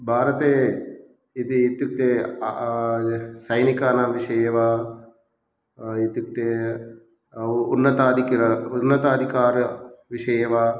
भारते इति इत्युक्ते सैनिकानां विषये वा इत्युक्ते उन्नताधिकारे उन्नताधिकारविषये वा